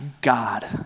God